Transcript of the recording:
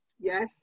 Yes